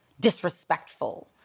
disrespectful